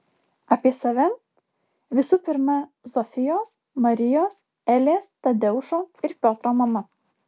apie save visų pirma zofijos marijos elės tadeušo ir piotro mama